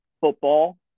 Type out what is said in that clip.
football